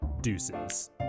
deuces